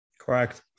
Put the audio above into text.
Correct